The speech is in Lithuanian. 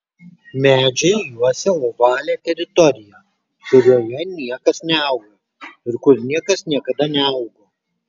medžiai juosia ovalią teritoriją kurioje niekas neauga ir kur niekas niekada neaugo